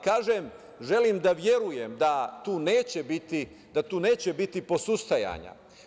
Kažem, želim da verujem da tu neće biti posustajanja.